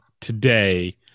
today